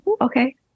Okay